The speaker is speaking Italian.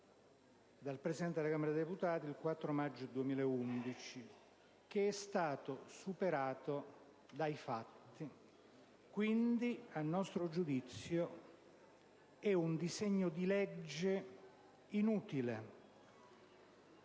dal Presidente della Camera dei deputati il 4 maggio 2011, che è stato superato dai fatti. Quindi, a nostro giudizio, è un disegno di legge inutile.